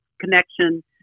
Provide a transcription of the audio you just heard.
connection